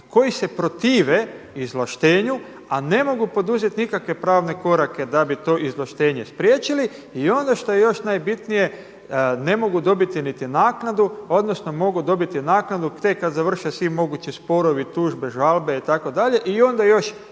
koji se protive izvlaštenju a ne mogu poduzeti nikakve pravne korake da bi to izvlaštenje spriječili. I ono što je još najbitnije, ne mogu dobiti niti naknadu, odnosno mogu dobiti naknadu tek kad završe svi mogući sporovi, tužbe, žalbe itd. I onda još